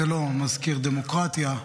זה לא מזכיר דמוקרטיה,